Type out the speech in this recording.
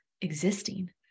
existing